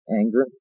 anger